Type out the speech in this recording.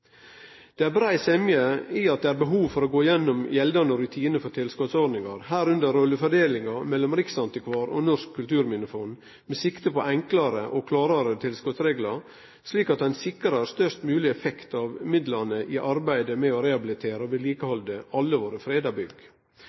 Det er brei semje om at det er behov for å gå gjennom gjeldande rutine for tilskotsordningar, herunder rollefordelinga mellom riksantikvaren og Norsk Kulturminnefond med sikte på enklare og klarare tilskotsreglar, slik at ein sikrar størst mogleg effekt av midlane i arbeidet med å rehabilitere og vedlikehalde alle våre freda bygg.